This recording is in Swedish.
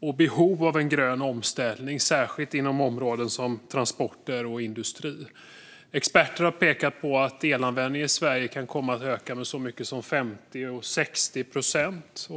Det finns också behov av en grön omställning, särskilt inom områden som transporter och industri. Experter har pekat på att elanvändningen i Sverige kan komma att öka med så mycket som 50 eller 60 procent.